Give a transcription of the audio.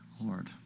Lord